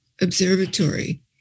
observatory